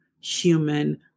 human